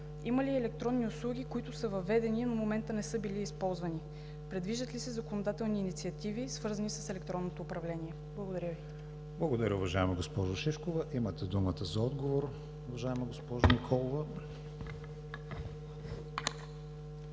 Има ли електронни услуги, които са въведени, но до момента не са били използвани? Предвиждат ли се законодателни инициативи, свързани с електронното управление? Благодаря Ви. ПРЕДСЕДАТЕЛ КРИСТИАН ВИГЕНИН: Благодаря, уважаема госпожо Шишкова. Имате думата за отговор, уважаема госпожо Николова.